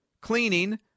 cleaning